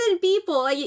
people